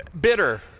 Bitter